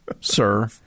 sir